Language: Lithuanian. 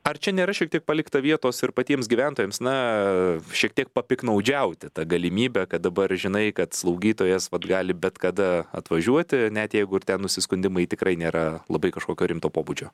ar čia nėra šiek tiek palikta vietos ir patiems gyventojams na šiek tiek papiktnaudžiauti ta galimybe kad dabar žinai kad slaugytojas vat gali bet kada atvažiuoti net jeigu ir ten nusiskundimai tikrai nėra labai kažkokio rimto pobūdžio